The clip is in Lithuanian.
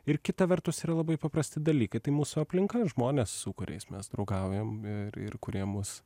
ir kita vertus yra labai paprasti dalykai tai mūsų aplinka žmonės su kuriais mes draugaujam ir ir kurie mus